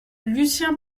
lucien